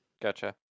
gotcha